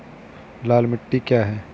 लाल मिट्टी क्या है?